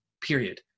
period